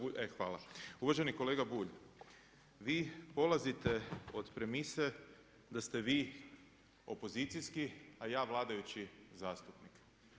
Uvaženi kolega Bulj, vi polazite od premise da ste vi opozicijski a ja vladajući zastupnik.